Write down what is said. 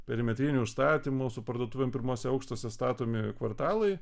perimetriniu užstatymu su parduotuvėm pirmuose aukštuose statomi kvartalai